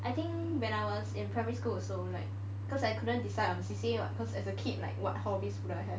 I think when I was in primary school also like cause I couldn't decide on C_C_A because as a kid like what hobbies would I have